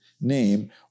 name